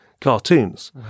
cartoons